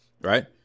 right